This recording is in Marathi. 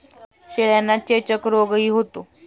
शेळ्यांना चेचक रोगही होतो